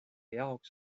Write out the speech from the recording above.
jaoks